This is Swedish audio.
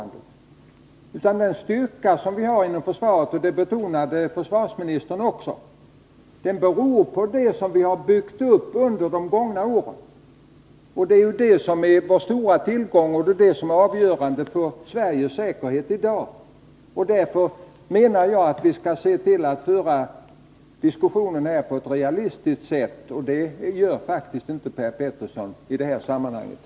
Den styrka som vi har inom försvaret — det betonade också försvarsministern— beror på det som vi byggt upp under de gångna åren. Det är vår stora tillgång, och det är också avgörande för Sveriges säkerhet i dag. Därför menar jag att vi skall se till att föra diskussionen på ett realistiskt sätt, och det tycker jag faktiskt inte att Per Petersson gör i det här sammanhanget.